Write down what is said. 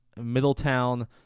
Middletown